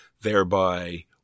thereby